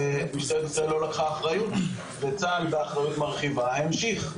משטרת ישראל לא לקחה אחריות וצה"ל באחריות מרחיבה המשיך.